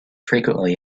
frequently